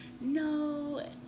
no